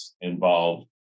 involved